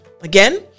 again